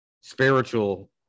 spiritual